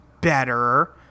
better